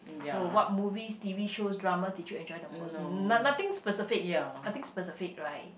so what movies t_v shows dramas did you enjoy the most no~ nothing specific nothing specific right